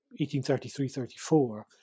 1833-34